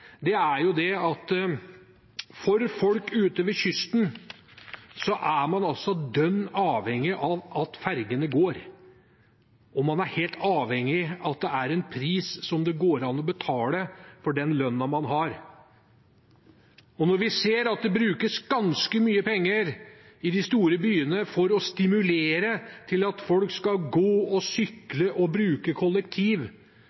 er at folk ute ved kysten er dønn avhengig av at fergene går, og man er helt avhengig av at det er en pris det går an å betale med den lønna man har. Når vi ser at det brukes ganske mye penger i de store byene for å stimulere til at folk skal gå og